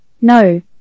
no